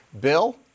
Bill